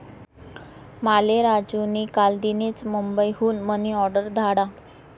माले राजू नी कालदीनच मुंबई हुन मनी ऑर्डर धाडा